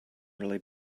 really